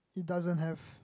it doesn't have